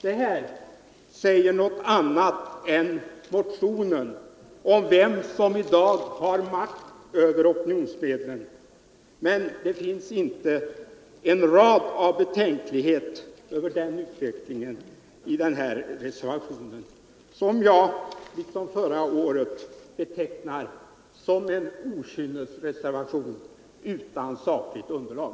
Detta säger något annat än motionen om vem som i dag har makten över opinionsmedlen. Men det finns inte en rad som tyder på någon betänklighet över den utvecklingen i reservationen som jag, liksom förra året, betecknar som en okynnesreservation utan sakligt underlag.